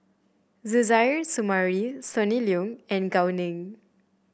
Suzairhe Sumari Sonny Liew and Gao Ning